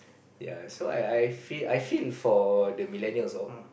ya so I I feel I feel for the millennials all